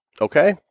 Okay